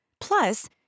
Plus